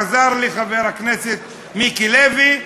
עזר לי חבר הכנסת מיקי לוי,